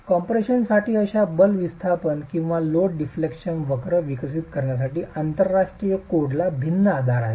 कॉम्प्रेशनसाठी अशा बल विस्थापन किंवा लोड डिफ्लेक्शन वक्र विकसित करण्यासाठी आंतरराष्ट्रीय कोडला भिन्न आधार आहेत